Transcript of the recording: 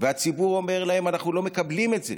והציבור אומר להם: אנחנו לא מקבלים את זה,